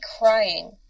crying